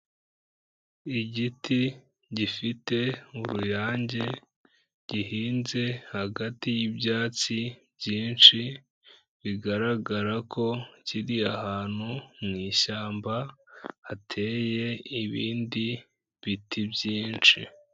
Igiti gifite uruyange, gihinze hagati y'ibyatsi byinshi, bigaragara ko kiri ahantu mu ishyamba, hateye ibindi biti byinshi.